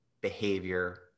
behavior